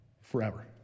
forever